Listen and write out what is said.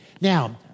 Now